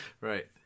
Right